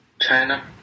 China